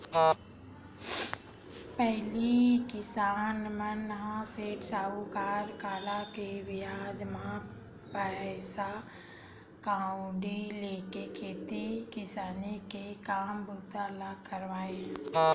पहिली किसान मन ह सेठ, साहूकार करा ले बियाज म पइसा कउड़ी लेके खेती किसानी के काम बूता ल करय